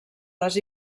les